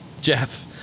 Jeff